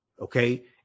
Okay